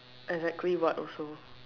exactly what also